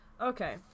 Okay